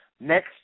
next